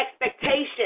expectations